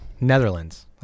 Netherlands